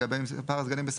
לגבי מספר הסגנים לא,